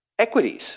equities